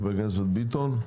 חבר הכנסת ביטון,